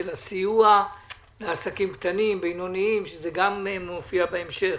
של הסיוע לעסקים קטנים ובינוניים שגם זה נגיע בהמשך.